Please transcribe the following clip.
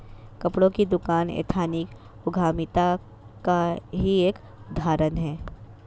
कपड़ों की दुकान एथनिक उद्यमिता का ही एक उदाहरण है